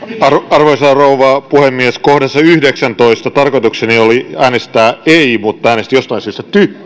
arvoisa rouva puhemies kohdassa yhdeksäntoista tarkoitukseni oli äänestää ei mutta äänestin jostain syystä